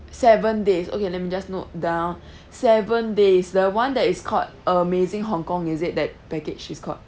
seven days okay let me just note down seven days the one that is called amazing hong kong is it that package is called